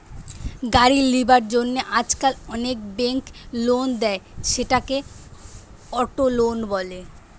গাড়ি লিবার জন্য আজকাল অনেক বেঙ্ক লোন দেয়, সেটাকে অটো লোন বলে